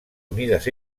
unides